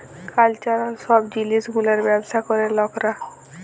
cultural সব জিলিস গুলার ব্যবসা ক্যরে লকরা